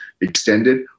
extended